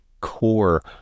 core